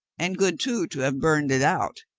and good, too, to have burned it out.